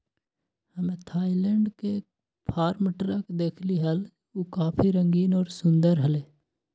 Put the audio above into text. हम्मे थायलैंड के farm truck देखली हल, ऊ काफी रंगीन और सुंदर हलय